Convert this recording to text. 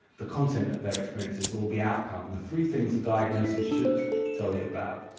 the content of their experiences or the outcome the three things the diagnosis should tell you about.